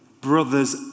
brothers